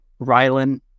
Rylan